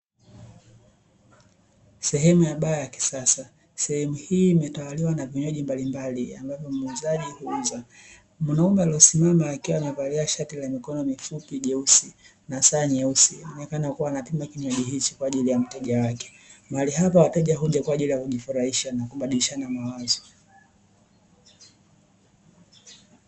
Sehemu ya baa ya kisasa sehemu hii imetawaliwa na vinywaji mbalimbali ambavyo muuzaji uuza. Mwanaume aliyesimama akiwa amevalia shati la mikono mifupi jeusi na saa nyeusi akionekana akiwa anakunywa kinywaji hiki kwaajili ya mteja wake mahali hapa wateja uja kwaajili ya kujifurahisha na kubadilishana mawazo.